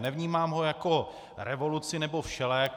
Nevnímám ho jako revoluci nebo všelék.